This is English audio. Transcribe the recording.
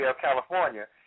California